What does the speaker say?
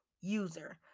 user